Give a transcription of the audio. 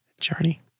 journey